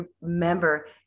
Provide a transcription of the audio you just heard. remember